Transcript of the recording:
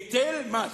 היטל מס.